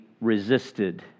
resisted